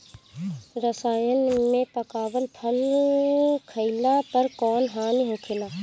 रसायन से पकावल फल खइला पर कौन हानि होखेला?